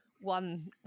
one